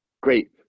great